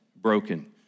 broken